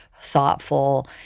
thoughtful